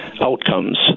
outcomes